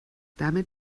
damit